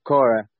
Cora